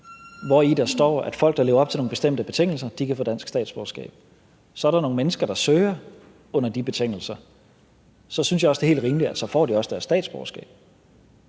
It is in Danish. hvori der står, at folk, der lever op til nogle bestemte betingelser, kan få dansk statsborgerskab. Så er der nogle mennesker, der søger under de betingelser, og så synes jeg også, det er helt rimeligt, at de får deres statsborgerskab.